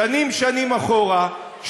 ששנים שנים אחרונה,